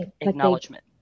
acknowledgement